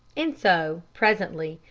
and so, presently,